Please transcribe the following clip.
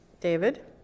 David